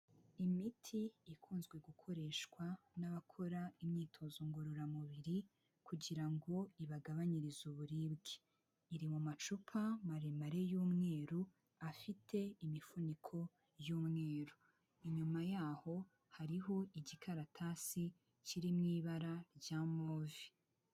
Imiti ikunzwe gukoreshwa n'abakora imyitozo ngororamubiri kugira ngo ibagabanyirize uburibwe, iri mu macupa maremare y'umweru afite imifuniko y'umweru, inyuma yaho hariho igikaratasi kiri mu ibara rya move.